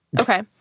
Okay